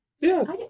Yes